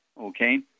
okay